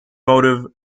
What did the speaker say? motive